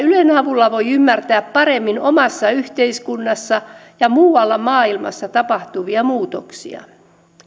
ylen avulla voi ymmärtää paremmin omassa yhteiskunnassa ja muualla maailmassa tapahtuvia muutoksia